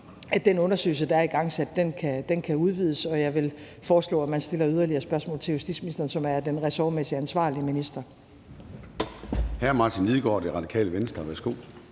at den undersøgelse, der er igangsat, kan udvides, og jeg vil foreslå, at man stiller yderligere spørgsmål til justitsministeren, som er den ressortmæssigt ansvarlige minister.